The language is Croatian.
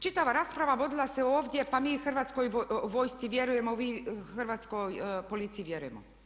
Čitava rasprava vodila se ovdje pa mi Hrvatskoj vojsci vjerujemo, mi Hrvatskoj policiji vjerujemo.